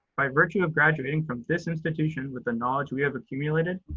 by virtue of graduating from this institution with the knowledge we have accumulated,